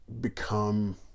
become